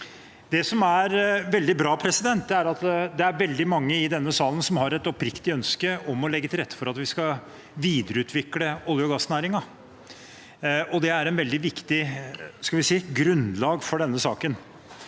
Det som er vel- dig bra, er at det er veldig mange i denne salen som har et oppriktig ønske om å legge til rette for at vi skal videreutvikle olje- og gassnæringen. Det er et veldig viktig grunnlag for denne saken.